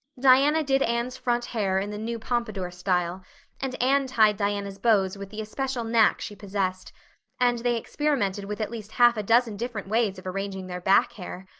diana did anne's front hair in the new pompadour style and anne tied diana's bows with the especial knack she possessed and they experimented with at least half a dozen different ways of arranging their back hair.